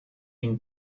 une